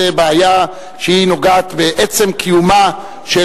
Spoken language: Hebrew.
זו בעיה שהיא נוגעת בעצם קיומה של,